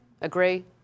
agree